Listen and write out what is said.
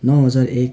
नौ हजार एक